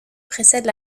précèdent